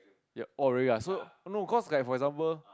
ya oh really ah so no cause like for example